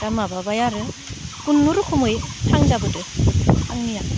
दा माबाबाय आरो खुनुरुखुमै थांजाबोदो आंनिया